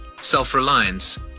self-reliance